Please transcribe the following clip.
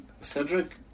Cedric